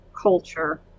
culture